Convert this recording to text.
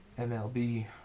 MLB